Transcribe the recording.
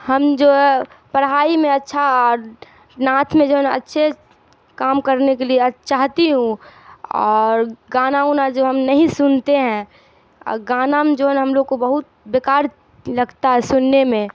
ہم جو ہے پڑھائی میں اچھا اور نعت میں جو ہے اچھے کام کرنے کے لیے چاہتی ہوں اور گانا ونا جو ہم نہیں سنتے ہیں گانا میں جو ہے نا ہم لوگ کو بہت بیکار لگتا ہے سننے میں